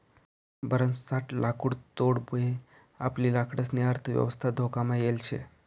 भरमसाठ लाकुडतोडमुये आपली लाकडंसनी अर्थयवस्था धोकामा येल शे